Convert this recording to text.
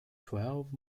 twelve